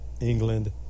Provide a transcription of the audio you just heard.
England